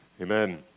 Amen